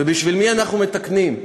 ובשביל מי אנחנו מתקנים?